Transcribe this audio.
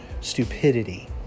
stupidity